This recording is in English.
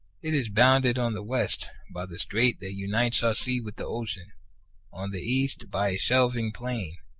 it is bounded on the west by the strait that unites our sea with the ocean on the east, by a shelving plain,